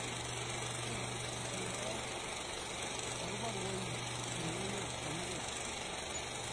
Kenya konayat akopa rwaik eng' emet komukul.